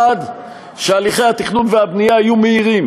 1. שהליכי התכנון והבנייה יהיו מהירים